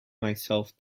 myself